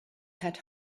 had